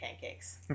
pancakes